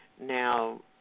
now